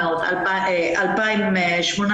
2018,